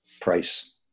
price